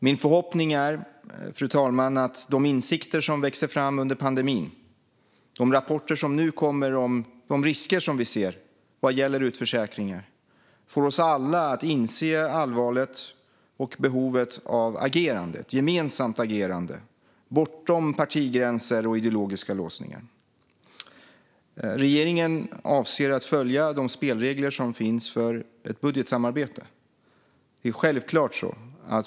Min förhoppning är, fru talman, att de insikter som växer fram under pandemin och de rapporter som nu kommer om de risker som vi ser vad gäller utförsäkringar får oss alla att inse allvaret och behovet av ett gemensamt agerande bortom partigränser och ideologiska låsningar. Regeringen avser att följa de spelregler som finns för ett budgetsamarbete.